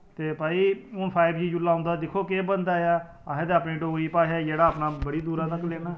ते भाई हून फाइव जी जेल्लै औंदा ते दिक्खो हून केह् बनदा ऐ असें ते अपनी डोगरी भाशा गी जेह्ड़ा अपना बड़ी दूरै तक लेना